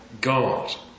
God